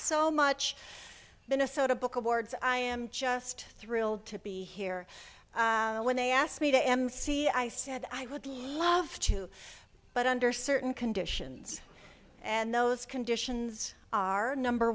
so much minnesota book awards i am just thrilled to be here when they asked me to emcee i said i would love to but under certain conditions and those conditions are number